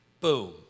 Boom